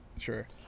sure